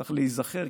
צריך להיזכר,